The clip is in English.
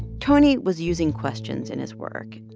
tony was using questions in his work.